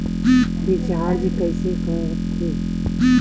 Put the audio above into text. Recharge कइसे कर थे?